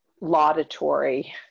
laudatory